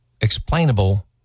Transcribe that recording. explainable